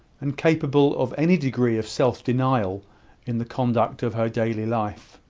and capable of any degree of self-denial in the conduct of her daily life.